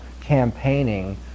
campaigning